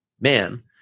man